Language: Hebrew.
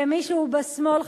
ומי שהוא בשמאל,